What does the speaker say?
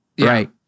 Right